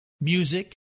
music